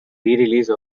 release